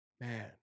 Man